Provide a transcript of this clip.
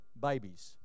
babies